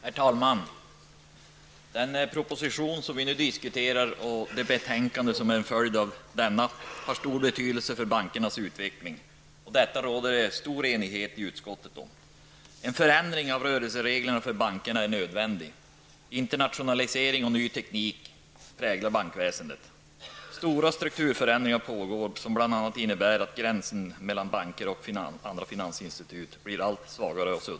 Herr talman! Den proposition som vi nu diskuterar och det betänkande som är en följd av denna proposition har stor betydelse för de svenska bankernas utveckling. Om detta råder stor enighet i utskottet. En förändring av rörelsereglerna för banker är nödvändig. Internationalisering och ny teknik präglar bankväsendet. Stora strukturförändringar pågår, som bl.a. innebär att gränsen mellan banker och andra finansinstitut blir allt svagare.